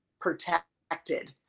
protected